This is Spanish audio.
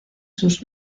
sus